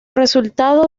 resultado